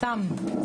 סתם,